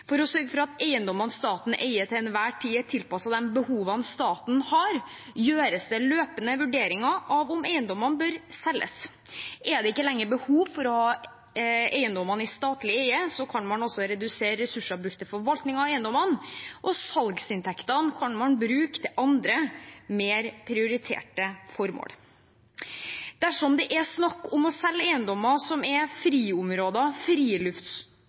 For å sørge for at eiendommene staten eier, til enhver tid er tilpasset de behovene staten har, gjøres det løpende vurderinger av om eiendommene bør selges. Er det ikke lenger behov for å ha eiendommene i statlig eie, kan man også redusere ressursene brukt til forvaltning av eiendommene, og salgsinntektene kan man bruke til andre, mer prioriterte, formål. Dersom det er snakk om å selge eiendommer som er friområder,